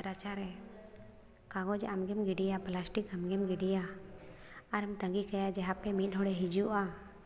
ᱨᱟᱪᱟᱨᱮ ᱠᱟᱜᱚᱡᱽ ᱟᱢᱜᱮᱢ ᱜᱤᱰᱤᱭᱟ ᱯᱞᱟᱥᱴᱤᱠ ᱟᱢᱜᱮᱢ ᱜᱤᱰᱤᱭᱟ ᱟᱨᱮᱢ ᱛᱟᱺᱜᱤ ᱠᱟᱭᱟ ᱦᱟᱯᱮ ᱢᱤᱫ ᱦᱚᱲᱮ ᱦᱤᱡᱩᱜᱼᱟ